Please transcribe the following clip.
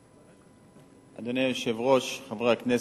אדוני היושב-ראש, חברי הכנסת,